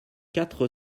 quatre